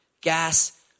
gas